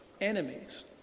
enemies